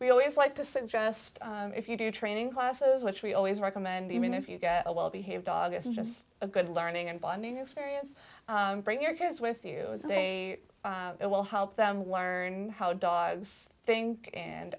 we always like to suggest if you do training classes which we always recommend even if you get a well behaved dog and just a good learning and bonding experience bring your kids with you they will help them learn how dogs think and